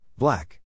Black